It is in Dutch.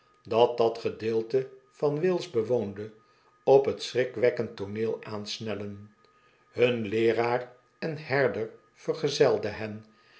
dat dat gedeelte van wales bewoonde op t schrikwekkend tooneel aansnellen hun leeraar en herder vergezelde hen